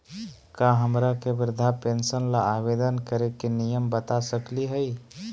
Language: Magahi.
का हमरा के वृद्धा पेंसन ल आवेदन करे के नियम बता सकली हई?